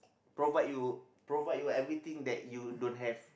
provide you provide you everything that you don't have